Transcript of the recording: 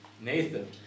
Nathan